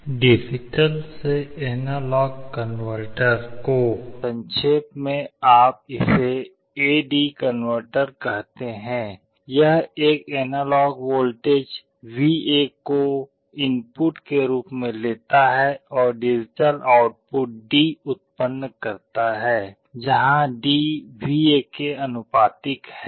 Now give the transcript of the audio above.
analogue से digital converter को संक्षेप में आप इसे ए डी कनवर्टर कहते हैं यह एक एनालॉग वोल्टेज VA को इनपुट के रूप में लेता है और डिजिटल आउटपुट D उत्पन्न करता है जहां D VA के आनुपातिक है